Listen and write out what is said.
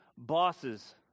Bosses